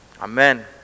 Amen